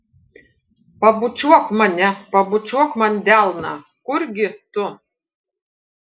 pabučiuok mane pabučiuok man delną kurgi tu